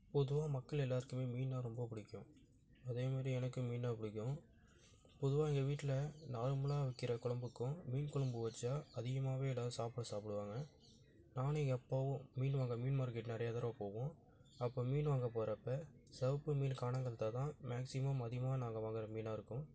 பொதுவாக மக்கள் எல்லாேருக்குமே மீன்னால் ரொம்ப பிடிக்கும் அதே மாரி எனக்கும் மீன்னால் பிடிக்கும் பொதுவாக எங்கள் வீட்டில் நார்மலாக வைக்கிற கொழம்புக்கும் மீன் கொழம்பு வைச்சா அதிகமாகவே எல்லாேரும் சாப்பாடு சாப்பிடுவாங்க நானும் எப்பவும் மீன் வாங்க மீன் மார்க்கெட் நிறையா தடவ போவோம் அப்போ மீன் வாங்க போகிறப்ப சிவப்பு மீன் கானாங்கத்தை தான் மேக்ஸிமம் அதிகமாக நாங்கள் வாங்குகற மீனாக இருக்கும்